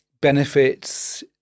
benefits